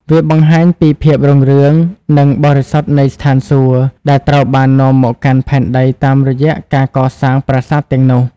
វាបង្ហាញពី ភាពរុងរឿង និងបរិសុទ្ធនៃស្ថានសួគ៌ ដែលត្រូវបាននាំមកកាន់ផែនដីតាមរយៈការកសាងប្រាសាទទាំងនោះ។